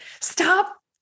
stop